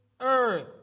earth